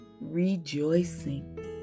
rejoicing